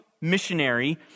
missionary